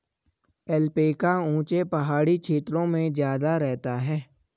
alpaca ऊँचे पहाड़ी क्षेत्रों में ज्यादा रहता है